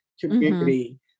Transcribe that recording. community